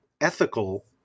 ethical